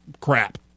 crap